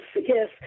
yes